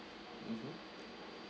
mmhmm